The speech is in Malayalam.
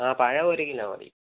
ആ പഴം ഒരു കിലോ മതി